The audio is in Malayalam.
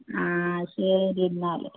ആ ശരി എന്നാൽ